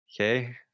Okay